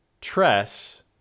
tress